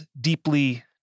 deeply